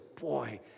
boy